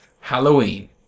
Halloween